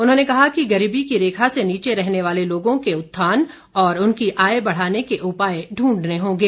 उन्होंने कहा कि गरीबी की रेखा से नीचे रहने वाले लोगों के उत्थान और उनकी आय बढ़ाने के उपाय ढूंढने होंगे